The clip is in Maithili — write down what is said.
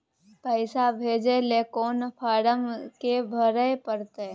पैसा भेजय लेल कोन फारम के भरय परतै?